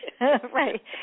right